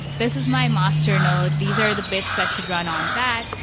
this is my master node. these are the bits that should run on that.